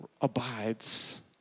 abides